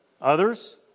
Others